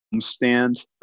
stand